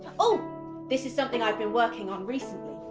oh this is something i've been working on recently.